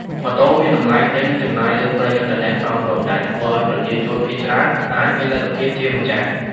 ម៉ូតូមាន តម្លៃទិញ និងចំណាយលើប្រេងឥន្ធនៈ សមរម្យ ដែលធ្វើឱ្យប្រជាជនភាគច្រើនអាចមានលទ្ធភាពជាម្ចាស់ ។